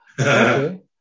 Okay